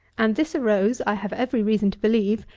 and this arose, i have every reason to believe,